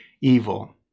evil